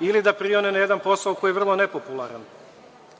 ili da prione na jedan posao koji je vrlo nepopularan,